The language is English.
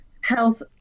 health